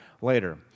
later